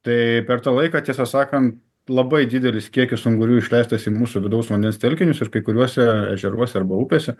tai per tą laiką tiesą sakant labai didelis kiekis ungurių išleistas į mūsų vidaus vandens telkinius ir kai kuriuose ežeruose arba upėse